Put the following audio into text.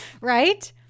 Right